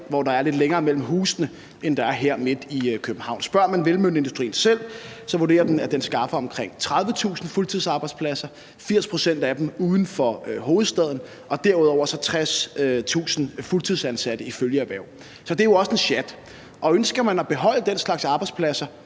hvor der er lidt længere mellem husene, end der er her midt i København. Spørger man vindmølleindustrien selv, vurderer den, at den skaffer omkring 30.000 fuldtidsarbejdspladser, 80 pct. af dem uden for hovedstaden, og derudover 60.000 fuldtidsansatte i følgeerhverv. Så det er jo også en sjat, og ønsker man at beholde den slags arbejdspladser,